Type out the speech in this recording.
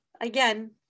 Again